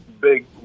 Big